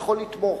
יכול לתמוך,